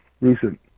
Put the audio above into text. recent